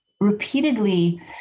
repeatedly